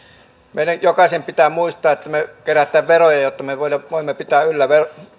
meidän jokaisen pitää muistaa että me keräämme veroja jotta me voimme voimme pitää yllä